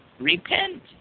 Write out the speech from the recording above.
Repent